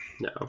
No